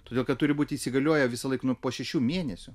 todėl kad turi būti įsigalioję visąlaik nu po šešių mėnesių